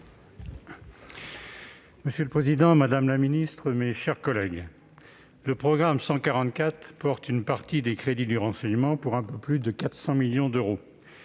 Monsieur le président, madame la ministre, mes chers collègues, le programme 144 porte une partie des crédits du renseignement pour un peu plus de 400 millions d'euros.